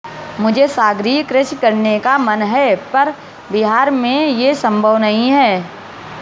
मुझे सागरीय कृषि करने का मन है पर बिहार में ये संभव नहीं है